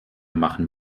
machen